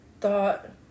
thought